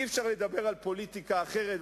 אי-אפשר לדבר על פוליטיקה אחרת.